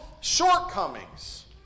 shortcomings